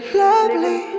lovely